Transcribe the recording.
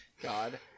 God